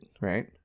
right